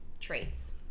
traits